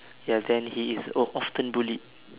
ya then he is o~ often bullied